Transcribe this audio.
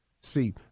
See